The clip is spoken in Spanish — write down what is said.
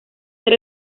ser